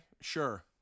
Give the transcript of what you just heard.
sure